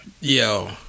Yo